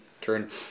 turn